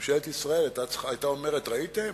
ממשלת ישראל היתה אומרת: ראיתם?